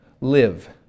Live